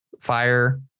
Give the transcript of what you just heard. Fire